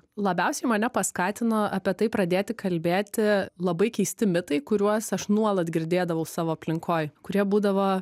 labiausiai mane paskatino apie tai pradėti kalbėti labai keisti mitai kuriuos aš nuolat girdėdavau savo aplinkoj kurie būdavo